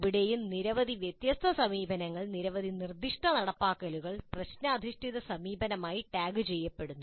ഇവിടെയും നിരവധി വ്യത്യസ്ത സമീപനങ്ങൾ നിരവധി നിർദ്ദിഷ്ട നടപ്പാക്കലുകൾ പ്രശ്ന അധിഷ്ഠിത സമീപനമായി ടാഗുചെയ്യപ്പെടുന്നു